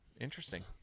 Interesting